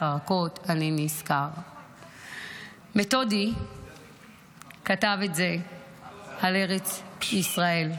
הרכות אני נזכר." מטודי כתב את זה על ארץ ישראל,